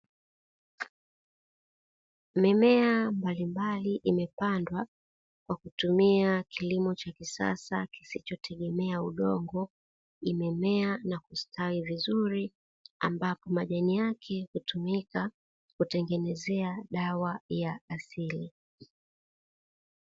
Mimea mbalimbali imepandwa kwa kutumia kilimo cha kisasa kisichotegemea udongo, imemea na kustawi vizuri ambapo majani yake hutumika kutengenezea dawa ya asili.